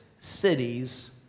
cities